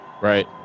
Right